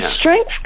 strength